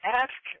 ask